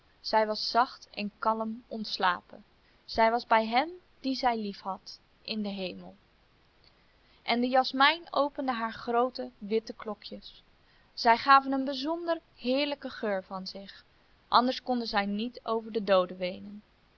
zij was zacht en kalm ontslapen zij was bij hem dien zij liefhad in den hemel en de jasmijn opende haar groote witte klokjes zij gaven een bijzonder heerlijken geur van zich anders konden zij niet over de dooden weenen